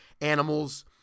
animals